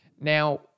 Now